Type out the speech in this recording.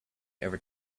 ever